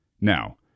Now